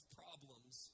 problems